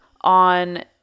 on